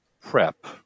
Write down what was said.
PrEP